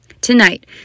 Tonight